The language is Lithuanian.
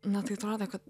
na tai atrodė kad